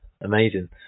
amazing